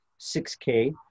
6K